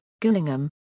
Gillingham